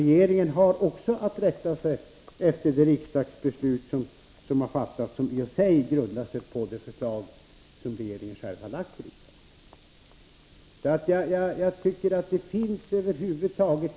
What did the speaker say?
Regeringen har också att rätta sig efter det riksdagsbeslut som har fattats och som grundar sig på det förslag som regeringen själv har framlagt för riksdagen.